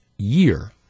year